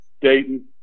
Dayton